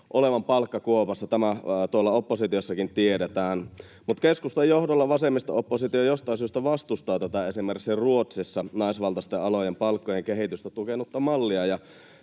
olevan palkkakuopassa. Tämä tuolla oppositiossakin tiedetään, mutta keskustan johdolla vasemmisto-oppositio jostain syystä vastustaa tätä, esimerkiksi Ruotsissa naisvaltaisten alojen palkkojen kehitystä tukenutta mallia,